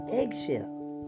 eggshells